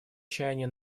чаяний